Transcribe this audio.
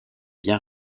bien